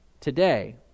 today